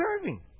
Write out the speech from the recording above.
serving